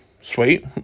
sweet